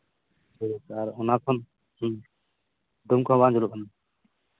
ᱟᱨ ᱚᱱᱟ ᱠᱷᱚᱱ ᱰᱩᱢ ᱠᱚᱦᱚᱸ ᱵᱟᱝ ᱡᱩᱞᱩᱜ ᱠᱟᱱᱟ